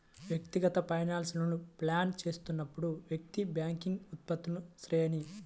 వ్యక్తిగత ఫైనాన్స్లను ప్లాన్ చేస్తున్నప్పుడు, వ్యక్తి బ్యాంకింగ్ ఉత్పత్తుల శ్రేణి